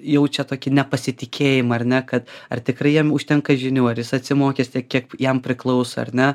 jaučia tokį nepasitikėjimą ar ne kad ar tikrai jiem užtenka žinių ar jis atsimokęs tiek kiek jam priklauso ar ne